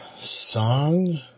song